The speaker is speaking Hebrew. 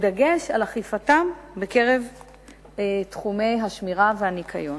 בדגש על אכיפתם בתחומי השמירה והניקיון.